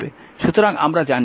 সুতরাং আমরা জানি যে i dqdt